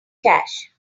cash